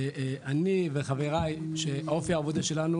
אני וחבריי שאופי העבודה שלנו,